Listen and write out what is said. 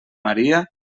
maria